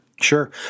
Sure